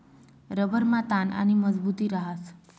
रबरमा ताण आणि मजबुती रहास